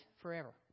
forever